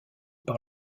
par